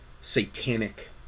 satanic